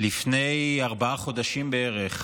לפני ארבעה חודשים בערך,